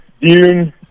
Dune